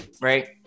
right